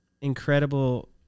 incredible